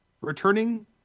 Returning